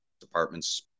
department's